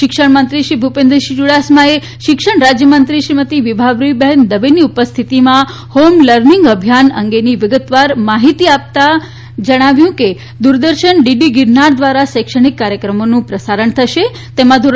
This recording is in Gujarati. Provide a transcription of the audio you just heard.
શિક્ષણ મંત્રી શ્રી ભૂપેન્દ્રસિંહ ચુડાસમાએ શિક્ષણ રાજ્ય મંત્રી શ્રીમતી વિભાવરીબેન દવેની ઉપસ્થિતિમાં હોમ લર્નિંગ અભિયાન અંગેની વિગતવાર માહિતી આપતાં જણાવ્યું હતું કે દ્રરદર્શન ડીડી ગિરનાર દ્વારા શૈક્ષણિક કાર્યક્રમોનું પ્રસારણ થશે તેમાં ધો